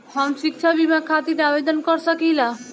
हम शिक्षा बीमा खातिर आवेदन कर सकिला?